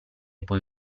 puoi